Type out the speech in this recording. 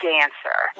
Dancer